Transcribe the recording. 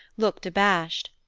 looked abashed.